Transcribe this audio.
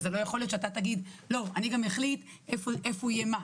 אבל זה לא יכול שאתה תגיד שאתה גם תחליט איפה יהיה מה,